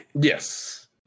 yes